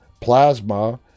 plasma